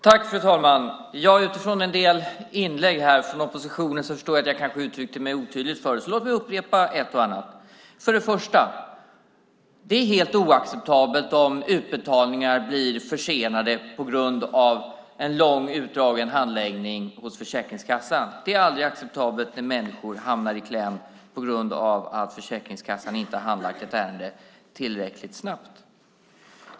Fru talman! Utifrån en del inlägg från oppositionen förstår jag att jag kanske uttryckte mig otydligt förut, så låt mig upprepa ett och annat. Det är helt oacceptabelt om utbetalningar blir försenade på grund av en lång utdragen handläggning hos Försäkringskassan. Det är aldrig acceptabelt när människor hamnar i kläm på grund av att Försäkringskassan inte har handlagt ett ärende tillräckligt snabbt.